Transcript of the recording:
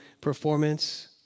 Performance